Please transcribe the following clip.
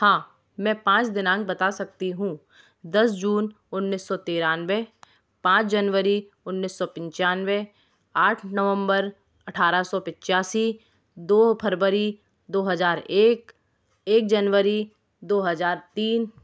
हाँ मैं पाँच दिनांक बता सकती हूँ दस ज़ुन उन्नीस सौ तिरानबे पाँच ज़नवरी उन्नीस सौ पिचानवे आठ नवंबर अठारह सौ पिचासी दो फरबरी दो हज़ार एक एक जनवरी दो हज़ार तीन